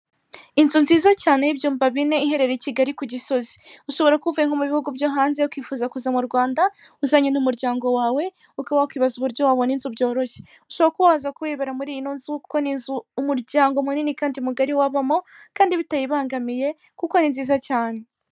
Inzu nziza cyane y'ibyumba bine iherereye i Kigali ku Gisozi, ushobora kuba uvuye nko mu bihugu byo hanze ukifuza kuza mu Rwanda uzanye n'umuryango wawe, ukaba wakiza uko wabona inzu byoroshye, ushobora kuba waza kwibere muri ino nzu, kuko ni inzu umunyaryango munini kandi mugari wabamo, kandi bitayibangamiye kuko ni nziza cyane.